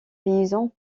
paysans